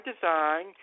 Design